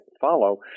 follow